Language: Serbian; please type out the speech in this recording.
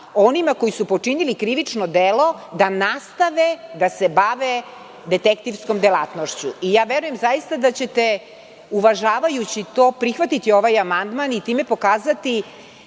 onima koji su počinili krivično delo da nastave da se bave detektivskom delatnošću. Zaista, verujem da ćete, uvažavajući to, prihvatiti ovaj amandman i time pokazati